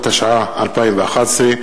התשע"א 2011,